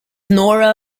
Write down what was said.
nora